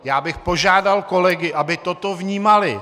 Já bych požádal kolegy, aby toto vnímali.